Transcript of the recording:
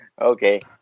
Okay